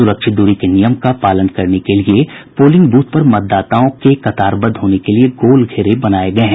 सुरक्षित दूरी के नियम का पालन करने के लिये पोलिंग बूथ पर मतदाताओं के कतारबद्ध होने के लिये गोल घेरे बनाये गये हैं